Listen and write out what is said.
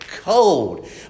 Cold